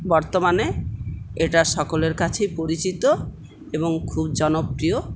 বর্তমানে এটা সকলের কাছে পরিচিত এবং খুব জনপ্রিয়